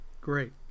great